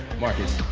marcus,